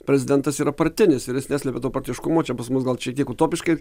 prezidentas yra partinis ir jis neslepia to partiškumo čia pas mus gal šiek tiek utopiškai